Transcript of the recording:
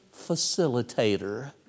Facilitator